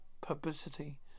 publicity